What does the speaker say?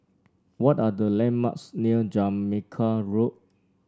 what are the landmarks near Jamaica Road